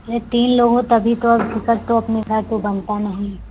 अरे तीन लोग हो तभी तो अब टिकट तो अपने का तो बनता नहीं